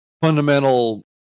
fundamental